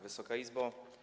Wysoka Izbo!